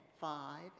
five